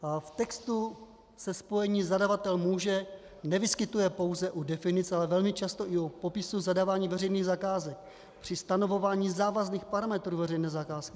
V textu se spojení zadavatel může nevyskytuje pouze u definic, ale velmi často u popisu zadávání veřejných zakázek, při stanovování závazných parametrů veřejné zakázky.